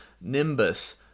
Nimbus